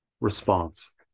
response